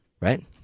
right